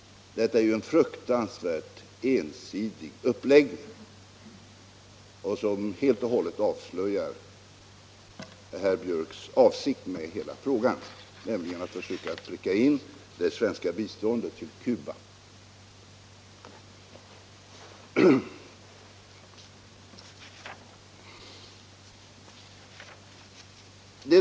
Detta är ju en fruktansvärt ensidig uppläggning, som helt och hållet avslöjar herr Björcks avsikt med hela frågan, nämligen att försöka få det svenska biståndet till Cuba indraget.